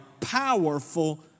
powerful